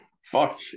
Fuck